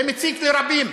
זה מציק לרבים,